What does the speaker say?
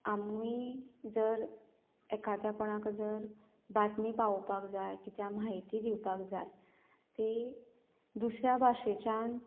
आमी जर एखाद्या कोणाक जर बातमी पावोवपाक जाय कित्या म्हायती दिवपाक जाय ती दुसऱ्या भाशेच्यान